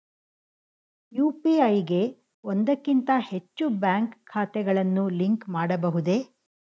UPI ಗೆ ಒಂದಕ್ಕಿಂತ ಹೆಚ್ಚು ಬ್ಯಾಂಕ್ ಖಾತೆಗಳನ್ನು ಲಿಂಕ್ ಮಾಡಬಹುದೇ?